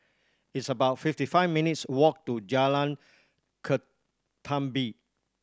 it's about fifty five minutes' walk to Jalan Ketumbit